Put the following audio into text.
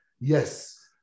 Yes